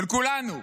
של כולנו,